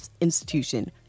institution